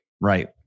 Right